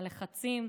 הלחצים,